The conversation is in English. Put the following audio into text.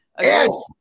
Yes